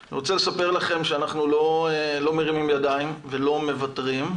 אני רוצה לספר לכם שאנחנו לא מרימים ידיים ולא מוותרים,